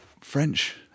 French